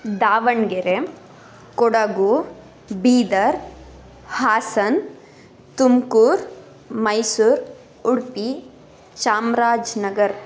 Davanagere Kodagu Bidar Hassan Tumkur Mysuru Udupi Chamaraja Nagar